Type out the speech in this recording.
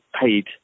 paid